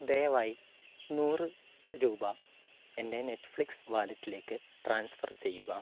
ദയവായി നൂറ് രൂപ എൻ്റെ നെറ്റ്ഫ്ലിക്സ് വാലറ്റിലേക്ക് ട്രാൻസ്ഫർ ചെയ്യുക